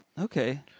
Okay